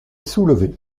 soulevé